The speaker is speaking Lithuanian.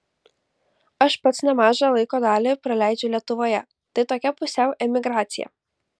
aš pats nemažą laiko dalį praleidžiu lietuvoje tai tokia pusiau emigracija